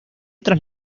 tras